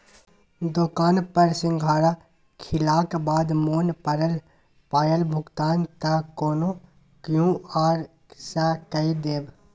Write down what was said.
दोकान पर सिंघाड़ा खेलाक बाद मोन पड़ल पायक भुगतान त कोनो क्यु.आर सँ कए देब